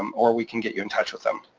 um or we can get you in touch with them.